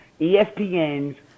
espn's